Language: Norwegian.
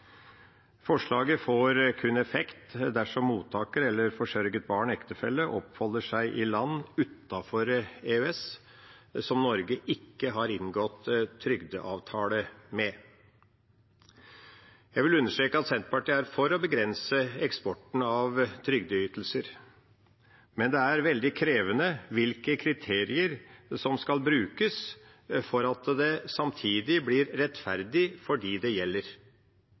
Forslaget får kun effekt dersom mottaker eller forsørget barn/ektefelle oppholder seg i land utenfor EØS som Norge ikke har inngått trygdeavtale med. Jeg vil understreke at Senterpartiet er for å begrense eksporten av trygdeytelser, men det er veldig krevende hvilke kriterier som skal brukes for at det samtidig blir rettferdig for dem det gjelder.